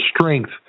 strength